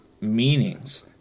meanings